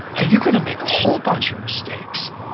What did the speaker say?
and you're going to make a whole bunch of mistakes.